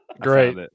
Great